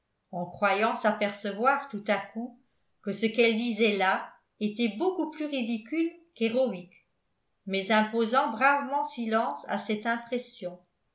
en croyant s'apercevoir tout à coup que ce qu'elle disait là était beaucoup plus ridicule qu'héroïque mais imposant bravement silence à cette impression